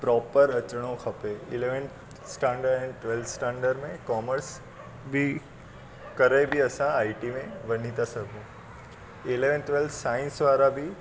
proper अचिणो खपे eleventh standard ऐं ट्वैल्थ स्टैंडर्ड में कॉमर्स बि करे बि असां आई टी में वञी था सघूं इलैवंथ ट्वैल्थ साइंस वारा बि